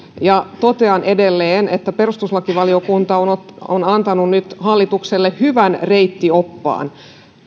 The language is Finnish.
ja totean edelleen että perustuslakivaliokunta on antanut nyt hallitukselle hyvän reittioppaan